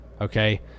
okay